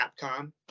Capcom